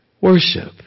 Worship